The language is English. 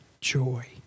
joy